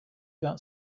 that